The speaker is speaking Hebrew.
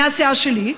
מהסיעה שלי,